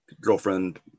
girlfriend